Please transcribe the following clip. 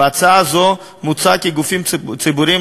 בהצעה הזו מוצע כי גופים ציבוריים,